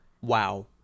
wow